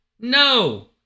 No